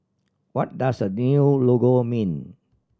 what does the new logo mean